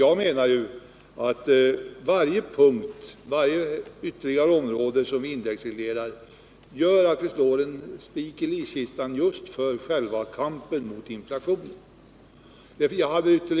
Jag menar att varje ytterligare område som är indexreglerat gör att kampen mot inflationen avmattas.